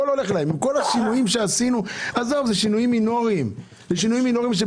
זה שינויים מינוריים מה שעשינו.